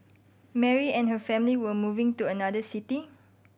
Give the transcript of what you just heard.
Mary and her family were moving to another city